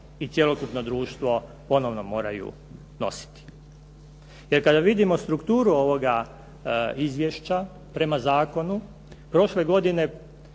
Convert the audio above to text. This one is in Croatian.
i cjelokupno društvo ponovno moraju nositi. Jer kada vidimo strukturu ovoga izvješća prema zakonu prošle godine